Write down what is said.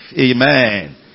Amen